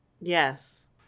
Yes